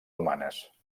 humanes